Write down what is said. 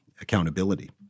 accountability